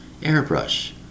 Airbrush